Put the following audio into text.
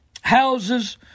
houses